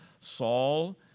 Saul